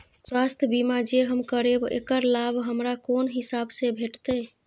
स्वास्थ्य बीमा जे हम करेब ऐकर लाभ हमरा कोन हिसाब से भेटतै?